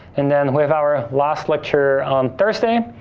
and then, with our last lecture on thursday.